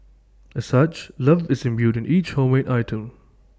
as such love is imbued in each homemade item